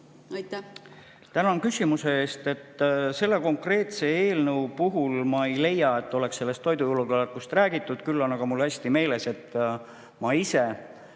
Aitäh!